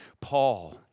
Paul